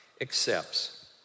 accepts